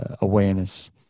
awareness